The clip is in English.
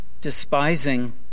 despising